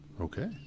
Okay